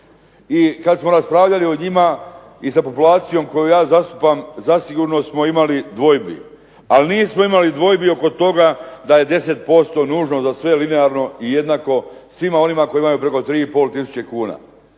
I kada smo raspravljali o njima i sa populacijom koji ja zastupam zasigurno smo imali dvojbi, ali nismo imali dvojbi oko toga da je 10% nužno za sve linearno i jednako svima onima koji imaju preko 3,5 tisuća